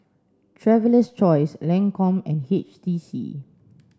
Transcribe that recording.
traveler's Choice Lancome and H T C